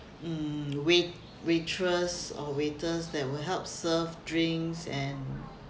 mm wait waitress or waiters that will help serve drinks and